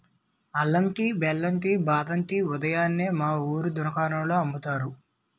అల్లం టీ, బెల్లం టీ, బాదం టీ లు ఉదయాన్నే మా వూరు దుకాణాల్లో అమ్ముతారు